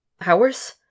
hours